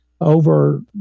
over